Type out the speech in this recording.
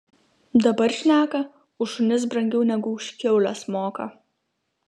dabar šneka už šunis brangiau negu už kiaules moka